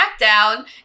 Smackdown